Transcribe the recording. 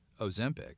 Ozempic